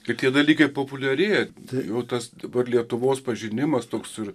ir tie dalykai populiarėja tai o tas dabar lietuvos pažinimas toks ir